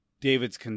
David's